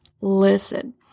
listen